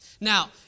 Now